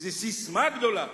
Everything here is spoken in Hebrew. איזה ססמה גדולה.